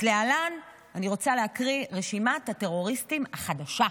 להלן, אני רוצה להקריא, רשימת הטרוריסטים החדשה: